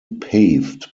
paved